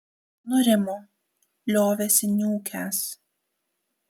nurimo liovėsi niūkęs